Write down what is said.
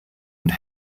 und